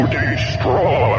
destroy